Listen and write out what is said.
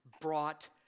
brought